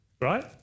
Right